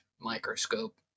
microscope